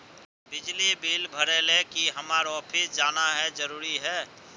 बिजली बिल भरे ले की हम्मर ऑफिस जाना है जरूरी है?